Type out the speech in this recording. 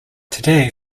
today